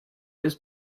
with